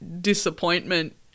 disappointment